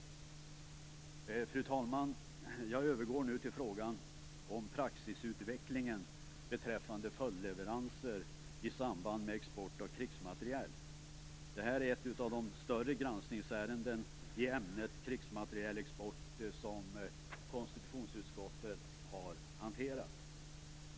Fru talman! Jag övergår nu till frågan om praxisutvecklingen beträffande följdleveranser i samband med export av krigsmateriel. Det här är ett av de större granskningsärenden i ämnet krigsmaterielexport som konstitutionsutskottet har hanterat.